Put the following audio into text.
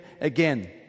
again